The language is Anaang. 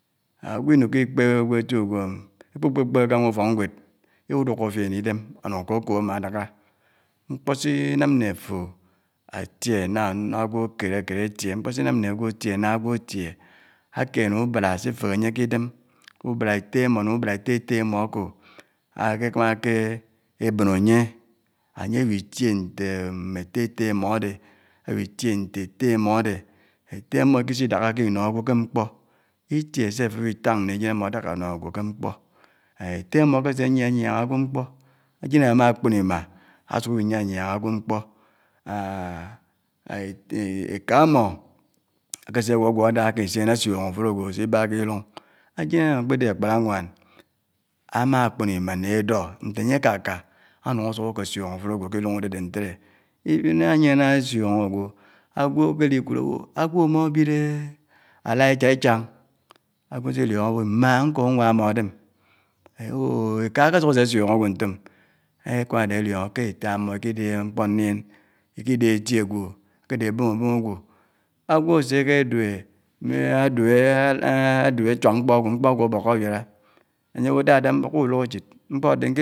ágwò inuku ikpèb ágwò éti uwèm, ékpukpèkpèb kè ánwá ufòk nwèd idukò fién idèm ánuk ákòkòb ámá ádáká mkpò si nám né àfò átiè nà ágwò kèdè kèdè átiè mkpò si nám nè ágwò átie ná ágwò átiè ákéné ubárá si féhé ányè k'idèm, ubárá èttè ámò, nè ubárá étté étté ámò ákè kámákè èbòn ányè, ányè ábitié ntè mmè étté étté ámò ádè, ábi tiè ntè ètté ámò ádè èttè mmò ikisi dákákè inò ágwò kè mkpò, itièhè sè àfò n'utáng né áyèn ámò ádáká ánò ágwò kè mkpò, étté ámò ákèsè ányányángà ágwò mkpó áyèn m ámá kpòn imà ásuk ábi nyányángá ágwò mkpò ékà ámò, ákésè ágwógwó ádà késsién ásiòn áfud ágwò si bá k'idung áyèn m ákpèdè ákpárá awàn, ámákpòn imá nè èdó nté ányè ákáká ánung ásuk ákèsuèn áfurò ágwò kè idung ádèdè ntèdè even ániè ná ésuéng ágwò, ágwò ákpèdé kud ábò ágwò m ábiéd álá ichàichà ágwò si dióngó ábò mmá nkó nwà ámmò ádè m ehn ábò ékà ákèsuk ásè suèng ágwò ntòm ékáá ádè èlióngó ké ékà ámmò ikidèhè mkpò ndièn, iki dèhè èti ágwò, ákèdè ábom ábom ágwò. Ágwò ásè kè duè mè áduè áduè átuák mkpò ágwò mkpò ágwò ábòkò ábiárá, ányè bo dada mbòk ku lòk èchid.